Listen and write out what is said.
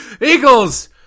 Eagles